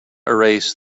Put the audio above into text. erase